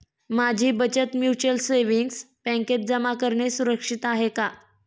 माझी बचत mutual savings बँकेत जमा करणे सुरक्षित आहे का